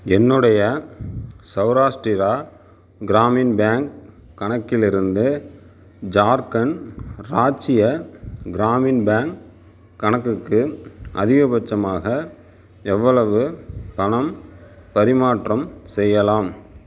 என்னுடைய சவுராஸ்டிரா க்ராமின் பேங்க் கணக்கில் இருந்து ஜார்க்கண்ட் ராஜ்சிய க்ராமின் பேங்க் கணக்குக்கு அதிகபட்சமாக எவ்வளவு பணம் பரிமாற்றம் செய்யலாம்